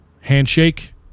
handshake